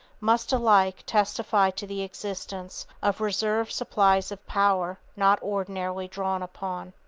must alike testify to the existence of reserve supplies of power not ordinarily drawn upon.